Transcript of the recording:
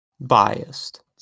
biased